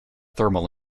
thermal